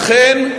אכן,